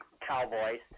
cowboys